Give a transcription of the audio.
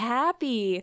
happy